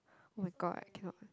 [oh]-my-god I cannot